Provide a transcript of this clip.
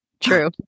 true